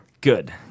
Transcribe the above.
Good